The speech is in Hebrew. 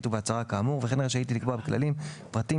ובהצהרה כאמור וכן רשאית היא לקבוע בכללים פרטים,